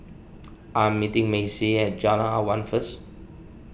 I am meeting Macy at Jalan Awan first